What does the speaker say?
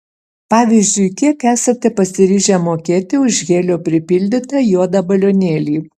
pavyzdžiui kiek esate pasiryžę mokėti už helio pripildytą juodą balionėlį